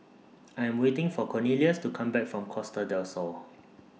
I'm waiting For Cornelius to Come Back from Costa Del Sol